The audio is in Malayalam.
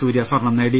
സൂര്യ സ്വർണ്ണം നേടി